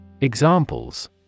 Examples